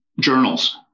journals